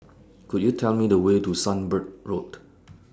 Could YOU Tell Me The Way to Sunbird Road